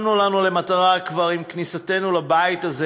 שמנו למטרה כבר עם כניסתנו לבית הזה,